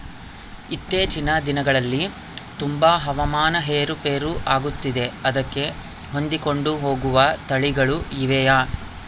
ಇತ್ತೇಚಿನ ದಿನಗಳಲ್ಲಿ ತುಂಬಾ ಹವಾಮಾನ ಏರು ಪೇರು ಆಗುತ್ತಿದೆ ಅದಕ್ಕೆ ಹೊಂದಿಕೊಂಡು ಹೋಗುವ ತಳಿಗಳು ಇವೆಯಾ?